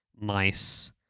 nice